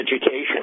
education